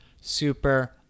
super